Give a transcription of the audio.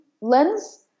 lens